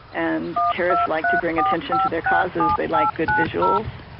and terrorists like to bring attention to their causes, they like good visuals.